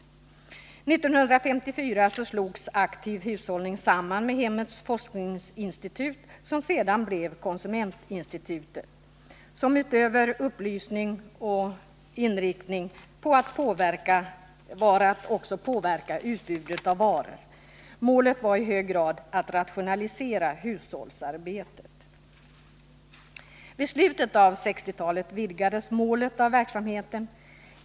1954 slogs Aktiv hushållning samman med Hemmets forskningsinstitut, som sedan blev konsumentinstitutet, som utöver att bedriva upplysning också var inriktat på att påverka utbudet av varor. Målet var i hög grad att rationalisera hushållsarbetet. Vid slutet av 1960-talet vidgades målet för verksamheten.